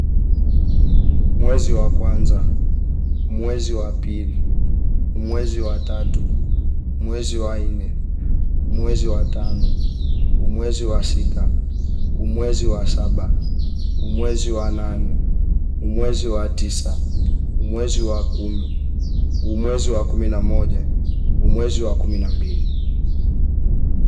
Mwezi wa kwanza, mwezi wa pili, mwezi wa tatu, mwezi wa inne, mwezi wa tano, umwezi wa sita, umwezi wa saba, umwezi wa nane, umwezi wa tisa, umwezi wa kumi, umwezi wa kumi na moja, umwezi wa kumi na mbili